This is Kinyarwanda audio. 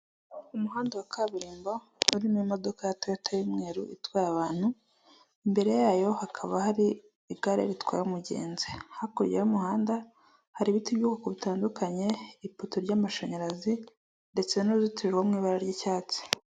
Umuhanda wa kaburimbo urimo imodoka ya toyota y'umweru itwaye abantu imbere yayo hakaba hari igare ritwaye umugenzi hakurya y'umuhanda hari ibiti by'ubwoko butandukanye ipoto ry'amashanyarazi ndetse n'uruzitiro ruri mu ibara ry'icyatsi.